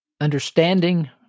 Understanding